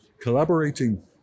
collaborating